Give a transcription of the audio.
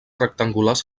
rectangulars